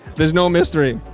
there's no mystery.